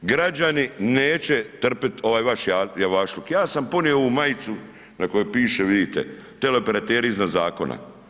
Građani neće trpit ovaj vaš javašluk, ja sam ponio ovu majcu na kojoj pište vidite, teleoperateri iznad zakona.